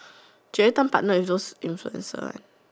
she every time partner with those influencers right